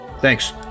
Thanks